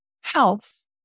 health